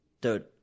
dude